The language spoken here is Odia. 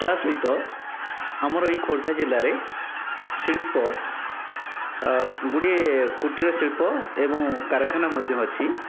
ତାହା ସହିତ ଆମର ଏହି ଖୋର୍ଦ୍ଧା ଜିଲ୍ଲାରେ ଶିଳ୍ପ ଗୁଡ଼ିଏ କୁଟୀର ଶିଳ୍ପ ଏବଂ କାରଖାନା ମଧ୍ୟ ଅଛି